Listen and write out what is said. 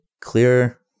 clear